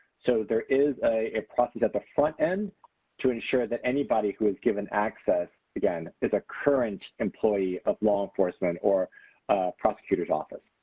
so there is a process at the front-end to ensure that anybody who is given access, again, is a current employee of law enforcement or a prosecutor's office.